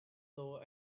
lower